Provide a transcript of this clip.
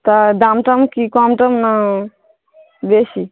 তা দাম টাম কি কম টম না বেশি